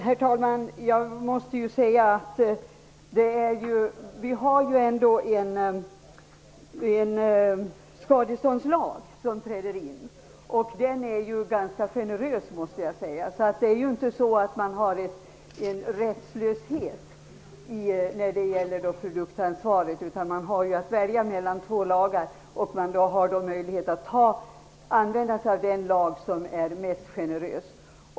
Herr talman! Vi har ändå en skadeståndslag som träder in, och den är ganska generös, måste jag säga. Det råder alltså inte någon rättslöshet när det gäller produktansvaret. Man har alltså att välja mellan två lagar och kan då välja den lag som är mest generös.